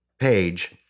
page